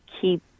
keep